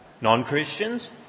non-Christians